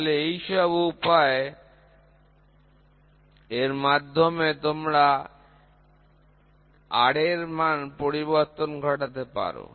তাহলে এই সব উপায় এর মাধ্যমে তোমরা R এর মান পরিবর্তন ঘটাতে পারো